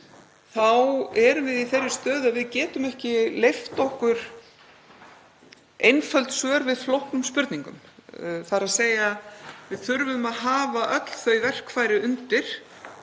þá erum við í þeirri stöðu að við getum ekki leyft okkur einföld svör við flóknum spurningum. Við þurfum að hafa öll þau verkfæri undir